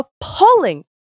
appalling